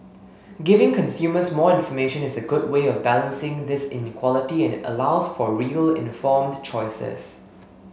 giving consumers more information is a good way of balancing this inequality and allows for real informed choices